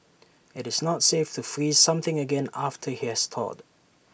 IT is not safe to freeze something again after IT has thawed